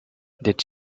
did